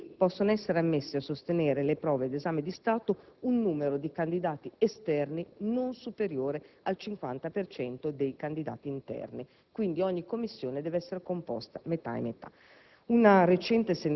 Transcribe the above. ha previsto che possa essere ammesso a sostenere le prove d'esame di Stato un numero di candidati esterni non superiore al 50 per cento dei candidati interni. Quindi, ogni Commissione deve essere composta per metà